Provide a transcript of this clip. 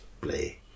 play